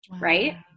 right